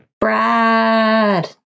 Brad